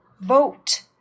vote